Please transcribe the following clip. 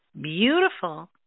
Beautiful